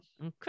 Okay